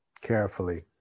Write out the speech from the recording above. carefully